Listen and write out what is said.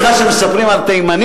זאת הבדיחה שמספרים על תימנים,